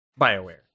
Bioware